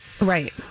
Right